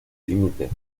límites